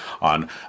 on